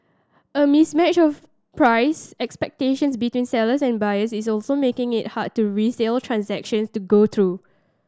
a mismatch of price expectations between sellers and buyers is also making it harder to resale transaction to go through